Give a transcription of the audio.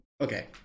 okay